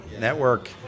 Network